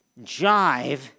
jive